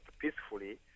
peacefully